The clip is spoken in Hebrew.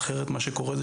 יש